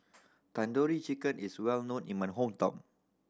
Tandoori Chicken is well known in my hometown